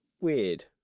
weird